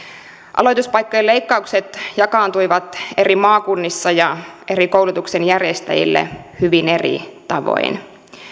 aloituspaikkojen leikkaukset jakaantuivat eri maakunnissa ja eri koulutuksen järjestäjille hyvin eri tavoin